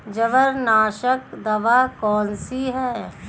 जवारनाशक दवा कौन सी है?